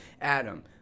adam